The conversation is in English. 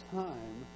time